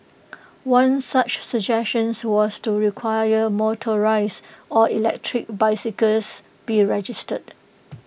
one such suggestion was to require motorised or electric bicycles be registered